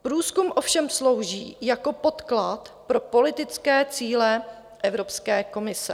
Průzkum ovšem slouží jako podklad pro politické cíle Evropské komise.